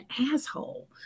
asshole